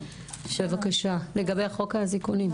לגבי חוק האזיקונים.